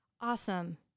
awesome